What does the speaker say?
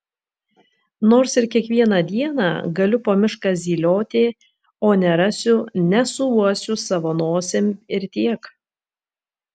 nors ir kiekvieną dieną galiu po mišką zylioti o nerasiu nesuuosiu savo nosim ir tiek